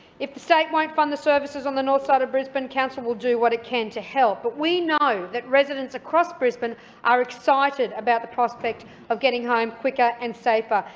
if the state won't fund the services on the north side of brisbane, council will do what it can to help. but we know that residents across brisbane are excited about the prospect of getting home quicker and safer,